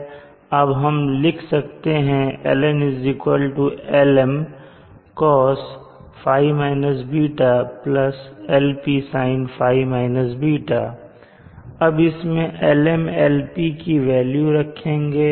अब हम लिख सकते हैं LN Lm cos ϕ - ß LP sin ϕ - ß और अब इसमें Lm और LP की वेल्यू रखेंगे